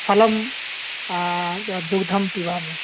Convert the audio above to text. फलं दुग्धं पिबामि